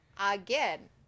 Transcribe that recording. Again